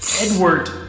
Edward